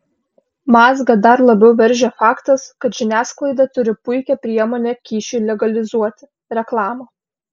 mazgą dar labiau veržia faktas kad žiniasklaida turi puikią priemonę kyšiui legalizuoti reklamą